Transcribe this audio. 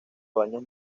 daños